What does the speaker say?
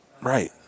Right